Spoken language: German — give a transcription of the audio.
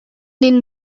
den